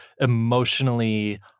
emotionally